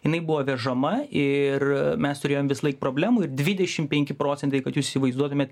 jinai buvo vežama ir mes turėjom visąlaik problemų ir dvidešim penki procentai kad jūs įsivaizduotumėt